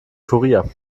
kurier